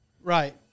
Right